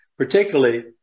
particularly